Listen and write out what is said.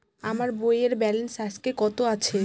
আমার বইয়ের ব্যালেন্স আজকে কত আছে?